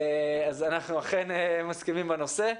אנחנו אכן מסכימים בנושא.